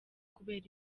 kubera